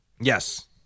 Yes